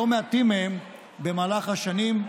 לא מעטים מהם במהלך השנים,